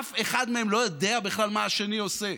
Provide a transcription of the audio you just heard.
אף אחד מהם לא יודע בכלל מה השני עושה.